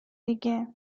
دیگه